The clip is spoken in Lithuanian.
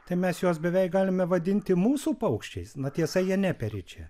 tai mes juos beveik galime vadinti mūsų paukščiais na tiesa jie neperi čia